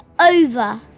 over